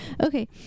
Okay